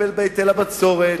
והתקפל בהיטל הבצורת,